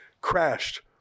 crashed